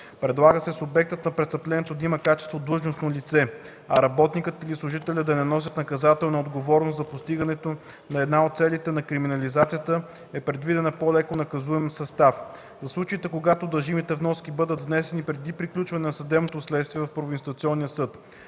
Предлага се субектът на престъплението да има качеството „длъжностно лице”, а работникът или служителят да не носят наказателна отговорност. За постигане на една от целите на криминализацията е предвиден по-леко наказуем състав – за случаите, когато дължимите вноски бъдат внесени преди приключване на съдебното следствие в първоинстанционния съд.